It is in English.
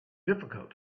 difficult